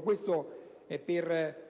Questo dovrebbe